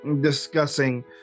discussing